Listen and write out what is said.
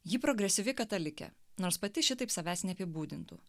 ji progresyvi katalikė nors pati šitaip savęs neapibūdintų